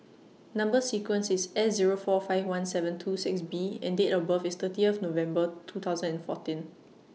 Number sequence IS S Zero four five one seven two six B and Date of birth IS thirty of November two thousand and fourteen